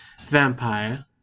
vampire